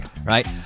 Right